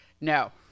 No